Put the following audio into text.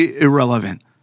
irrelevant